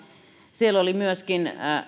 siellä oli myöskin